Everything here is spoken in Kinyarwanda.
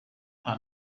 nta